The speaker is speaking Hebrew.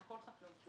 הכול חקלאות.